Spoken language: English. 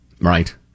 Right